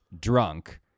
drunk